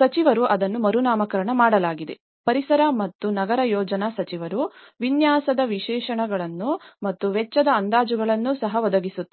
ಸಚಿವರು ಅದನ್ನು ಮರುನಾಮಕರಣ ಮಾಡಲಾಗಿದೆ ಪರಿಸರ ಮತ್ತು ನಗರ ಯೋಜನಾ ಸಚಿವರು ವಿನ್ಯಾಸದ ವಿಶೇಷಣಗಳು ಮತ್ತು ವೆಚ್ಚದ ಅಂದಾಜುಗಳನ್ನು ಸಹ ಒದಗಿಸುತ್ತಾರೆ